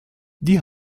die